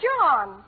John